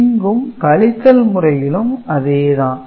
இங்கும் கழித்தல் முறையிலும் அதே தான்